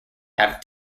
have